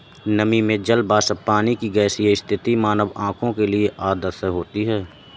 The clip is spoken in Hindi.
नमी में जल वाष्प पानी की गैसीय स्थिति मानव आंखों के लिए अदृश्य होती है